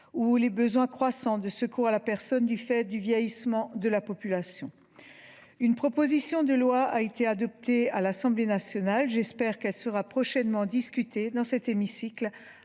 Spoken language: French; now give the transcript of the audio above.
ou les besoins croissants de secours à la personne du fait du vieillissement de la population. Une proposition de loi a été adoptée à l’Assemblée nationale. J’espère qu’elle sera prochainement discutée dans cet hémicycle,